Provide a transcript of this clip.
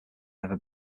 never